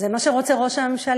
זה מה שרוצה ראש הממשלה,